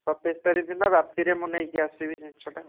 ସତାଇଶ ତାରିଖ ଦିନ ରାତିରେ ମୁଁ ନେଇକି ଆସିବି ଜିନିଷଟା